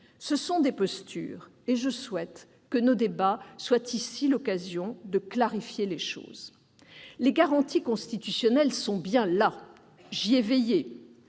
Ce sont des postures. Je souhaite que nos débats soient l'occasion de clarifier les choses. Les garanties constitutionnelles sont bien là. J'y ai veillé.